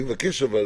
אני מבקש,